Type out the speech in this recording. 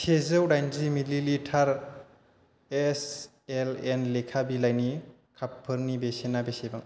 सेजौ दाइनजि millilitre एसएलएन लेखा बिलाइनि कापफोरनि बेसेना बेसेबां